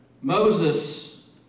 Moses